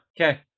Okay